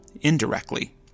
indirectly